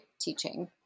teaching